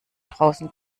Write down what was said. draußen